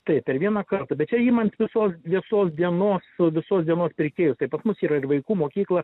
taip per vieną kartą bet čia imant visos visos dienos visos dienos pirkėjus taip pas mus yra ir vaikų mokykla